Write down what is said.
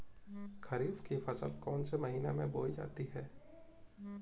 खरीफ की फसल कौन से महीने में बोई जाती है?